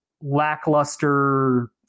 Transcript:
lackluster